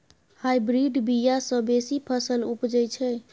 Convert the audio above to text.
hybrid बीया सँ बेसी फसल उपजै छै